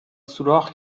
سوراخ